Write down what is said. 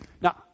Now